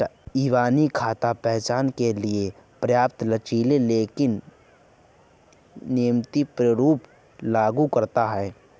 इबानी खाता पहचान के लिए पर्याप्त लचीला लेकिन नियमित प्रारूप लागू करता है